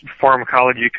pharmacology